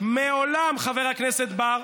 והתשובה שלך, מעולם, חבר הכנסת בר,